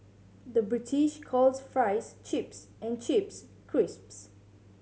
the British calls fries chips and chips crisps